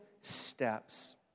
steps